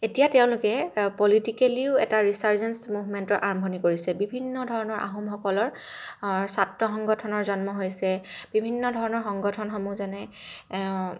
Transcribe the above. এতিয়া তেওঁলোকে পলিটিকেলিও এটা ৰিছাৰ্জেঞ্চ মুভমেণ্টৰ আৰম্ভণি কৰিছে বিভিন্ন ধৰণৰ আহোমসকলৰ ছাত্ৰ সংগঠনৰ জন্ম হৈছে বিভিন্ন ধৰণৰ সংগঠনসমূহ যেনে